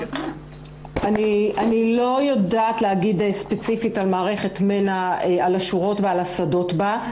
אני לא יודעת להגיד ספציפית על מערכת מנ"ע על השורות והשדות בה,